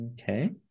okay